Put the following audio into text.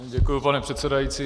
Děkuji, pane předsedající.